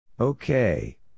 Okay